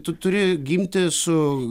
tu turi gimti su